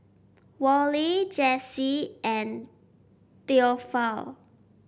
Wally Jesse and Theophile